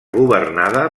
governada